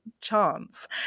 chance